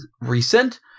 recent